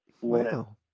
Wow